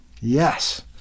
Yes